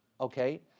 okay